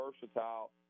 versatile